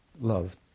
love